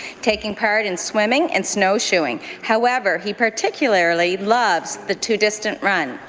taking part in swimming and snowshoeing. however, he particularly loves the two distant runs.